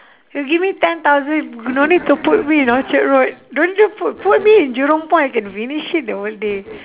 you give me ten thousand don't need to put me in orchard road don't just put put me in jurong point I can finish it the whole day